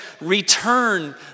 return